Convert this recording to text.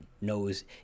knows